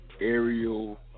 aerial